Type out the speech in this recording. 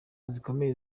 zikomeye